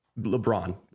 LeBron